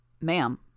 Ma'am